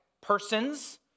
persons